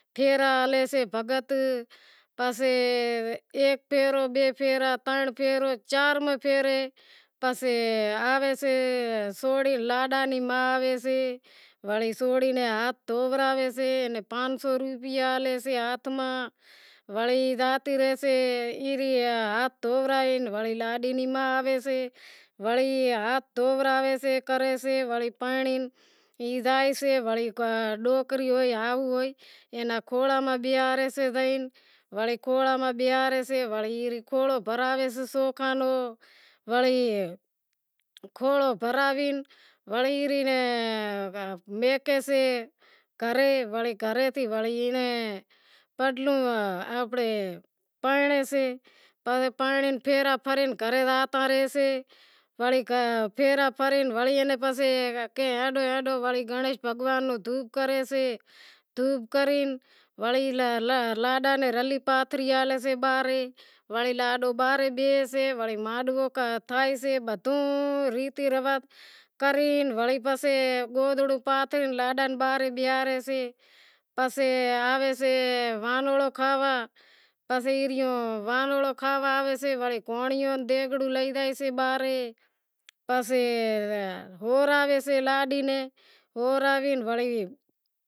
پھیرا ہالے سے بھگت پسے ایک پھیرو بئے پھیرا ترن پھیرا چار پھیرا پسے آویسے سوڑی لاڈاں نی ما آوے سے وڑے سوڑی ناں ہاتھ دھووراسے ان پانس سو روپیا ڈیسے ہاتھ ماں وڑی زاتی ریسے ہاتھ دھوراسے وڑی لاڈی نی ما آویسے وڑی ہاتھ دھوراسے کرے سے وڑی پرنڑی ای زائیسے وڑی ڈوکری ہوئی ہائو ہوئی وڑی کھوڑے ما بیہاڑشے وڑی کھوڑو بھرائے سوکھاں نو وڑی کھوڑو بھراوی وڑی ای نی میکہے سے گھر وڑی گھرے تھین پسے پرنڑے سے وڑی پرنڑے پھیرا پھرے گھرے زاتا راسیں وڑی پھیرا پھرے وڑی ای ناں گنڑیش بھگوان نو دھوپ کرے سے وڑی لاڈاں نی رلی پاتھرئ آلے سی باہری وڑی لاڈو باہرے بیسے، وڑی ماڈوو تھئسے وڑی بدہو ریتی رواز کری پسے وانوڑو کھاوانڑ آئسے وڑی پانڑی رو دیگڑو لائسے باہر پسے